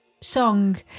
song